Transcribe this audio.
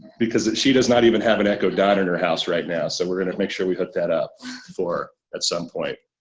because she does not even have an echo dot in her house right now so we're gonna make sure we hook that up for her at some point.